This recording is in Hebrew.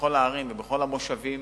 בכל הערים ובכל המושבים.